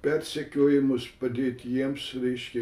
persekiojimus padėti jiems reiškia